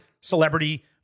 celebrity